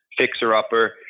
fixer-upper